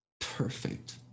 perfect